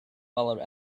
followed